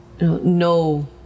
No